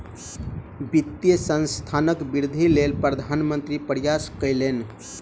वित्तीय संस्थानक वृद्धिक लेल प्रधान मंत्री प्रयास कयलैन